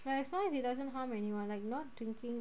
well as long as it doesn't harm anyone like not drinking